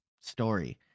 story